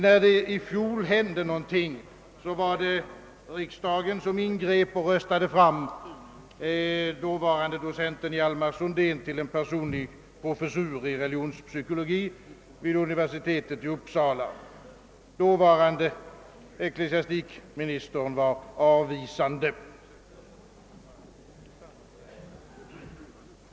När det i fjol hände någonting, berodde det på att riksdagen ingrep och röstade fram dåvarande docenten Hjalmar Sundén till en personlig professur i religionspsykologi vid universitetet i Uppsala. Dåvarande ecklesiastikministern var avvisande.